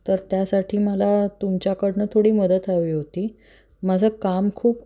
तर त्यासाठी मला तुमच्याकडून थोडी मदत हवी होती माझं काम खूप